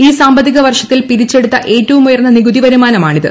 ഈ സാമ്പത്തിക വർഷത്തിൽ പിരിച്ചെടുത്ത ഏറ്റവും ഉയർന്ന നികുതിവരുമാനം ആണിത്